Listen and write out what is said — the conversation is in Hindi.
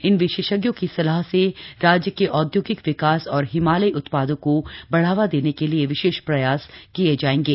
इन विशेषज्ञों की सलाह से राज्य के औद्योगिक विकास और हिमालयी उत्पादों को बढ़ावा देने के लिए विशेष प्रयास किये जायेंगे